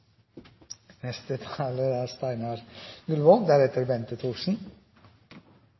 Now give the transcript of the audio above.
Neste taler er